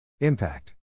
Impact